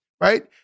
right